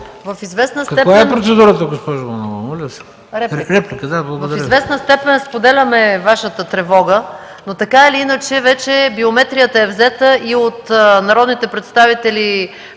в известна степен споделяме Вашата тревога, но, така или иначе, вече биометрията е взета и от народните представители,